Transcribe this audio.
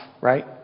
Right